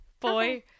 Boy